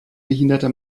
behinderte